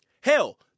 Hell